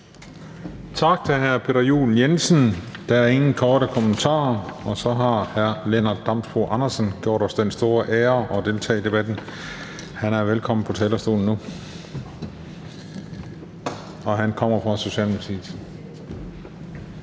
Tak til hr. Peter Juel-Jensen. Der er ingen korte bemærkninger, og så har hr. Lennart Damsbo-Andersen gjort os den store ære at deltage i debatten. Han er velkommen på talerstolen nu, og han kommer fra Socialdemokratiet.